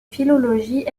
philologie